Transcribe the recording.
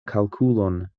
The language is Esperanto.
kalkulon